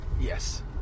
Yes